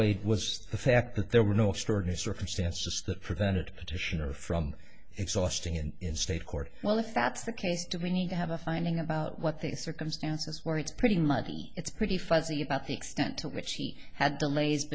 weighed was the fact that there were no extraordinary circumstances that prevented petitioner from exhausting and in state court well if that's the case do we need to have a finding about what the circumstances were it's pretty much it's pretty fuzzy about the extent to which he had delays